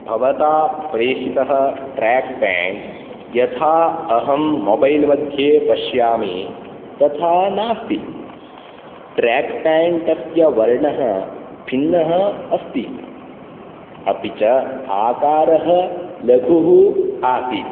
भवता प्रेषितः ट्राक्पेण्ट् यथा अहं मोबैल् मध्ये पश्यामि तथा नास्ति ट्राक्पेण्टस्य वर्णः भिन्नः अस्ति अपि च आकारः लघुः आसीत्